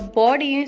body